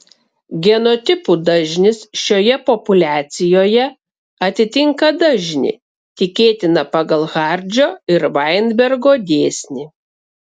genotipų dažnis šioje populiacijoje atitinka dažnį tikėtiną pagal hardžio ir vainbergo dėsnį